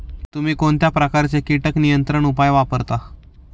तुम्ही कोणत्या प्रकारचे कीटक नियंत्रण उपाय वापरता?